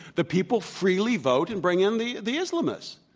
the people freely vote and bring in the the islamists.